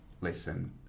listen